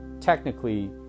technically